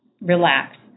relax